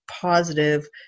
positive